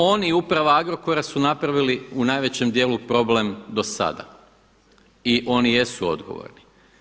On i uprava Agrokora su napravili u najvećem dijelu problem do sada i oni jesu odgovorni.